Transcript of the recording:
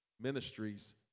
ministries